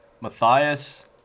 Matthias